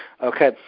okay